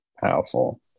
Powerful